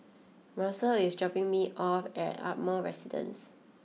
Macel is dropping me off at Ardmore Residence